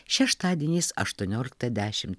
šeštadieniais aštuonioliktą dešimt